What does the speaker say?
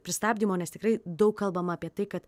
pristabdymo nes tikrai daug kalbama apie tai kad